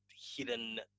hidden